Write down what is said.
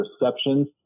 receptions